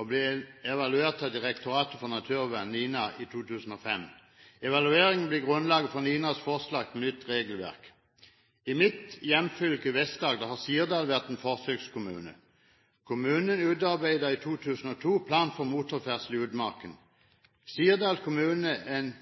og ble evaluert av Norsk institutt for naturforskning, NINA, i 2005. Evalueringen ble grunnlaget for NINAs forslag til nytt regelverk. I mitt hjemfylke, Vest-Agder, har Sirdal vært en forsøkskommune. Kommunen utarbeidet i 2002 plan for motorferdsel i utmark. Sirdal kommune er en